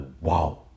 wow